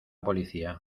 policía